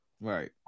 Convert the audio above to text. Right